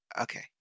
Okay